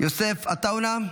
יוסף עטאונה,